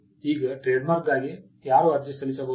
ಈಗ ಟ್ರೇಡ್ಮಾರ್ಕ್ಗಾಗಿ ಯಾರು ಅರ್ಜಿ ಸಲ್ಲಿಸಬಹುದು